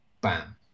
bam